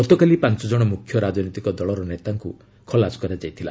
ଗତକାଲି ପାଞ୍ଚଜଣ ମୁଖ୍ୟ ରାଜନୈତିକ ଦଳର ନେତାମାନଙ୍କୁ ଖଲାସ କରାଯାଇଥିଲା